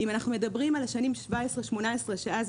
אם אנחנו מדברים על השנים 2018-2017,